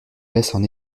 laissent